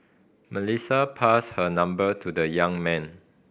Melissa passed her number to the young man